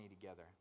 together